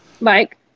Mike